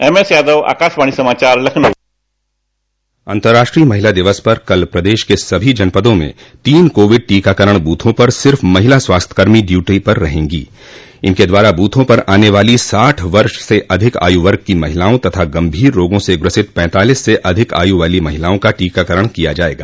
M S Yadav Akashvani समाचार लखनऊ अन्तराष्ट्रीय महिला दिवस पर कल प्रदेश के सभी जनपदों में तीन कोविड टीकाकरण बूथों पर सिर्फ महिला स्वास्थ्यकर्मी ड्यूटी पर होगी इनक द्वारा बूथों पर आने वाली साठ वर्ष से अधिक आयुवर्ग की महिलाओं तथा गंभीर रोगो से ग्रसित पैतालीस से अधिक आयु वाली महिलाओं का टीकाकरण किया जायेगा